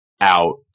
out